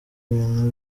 ibintu